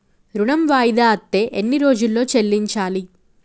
ఋణం వాయిదా అత్తే ఎన్ని రోజుల్లో చెల్లించాలి?